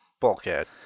bulkhead